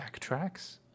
backtracks